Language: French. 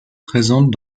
présentes